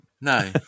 No